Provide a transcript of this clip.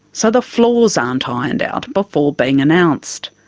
so the flaws aren't ah ironed out before being announced.